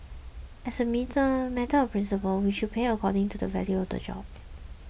as a matter of principle we should pay according to the value of the job